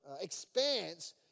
expanse